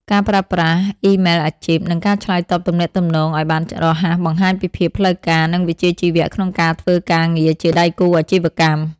ការប្រើប្រាស់អ៊ីមែលអាជីព និងការឆ្លើយតបទំនាក់ទំនងឱ្យបានរហ័ស បង្ហាញពីភាពផ្លូវការ និងវិជ្ជាជីវៈក្នុងការធ្វើការងារជាដៃគូអាជីវកម្ម។